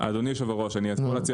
אני מציע